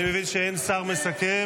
אני מבין שאין שר מסכם,